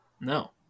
no